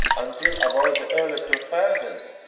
until about the early two thousand s,